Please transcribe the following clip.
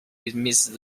dismissed